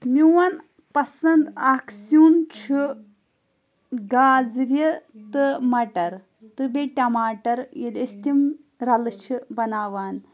میون پَسنٛد اَکھ سیُن چھُ گازرِ تہٕ مَٹَر تہٕ بیٚیہِ ٹماٹَر ییٚلہِ أسۍ تِم رَلہٕ چھِ بَناوان